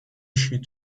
she